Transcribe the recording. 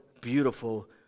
beautiful